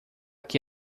que